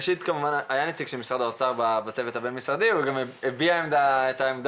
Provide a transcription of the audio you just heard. היה נציג של משרד האוצר בצוות הבין משרדי והוא הביע את העמדה,